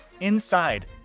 Inside